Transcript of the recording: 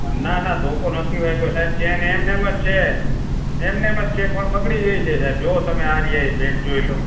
ના ના ધોકો નથી વાગ્યો સાહેબ ચેન એમનેમ જ છે એમનેમ જ છે પણ બગડી ગઈ છે સાહેબ જુઓ તમે આ રહ્યાં એ પેન્ટ જોઈ લો